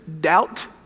doubt